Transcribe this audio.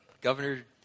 Governor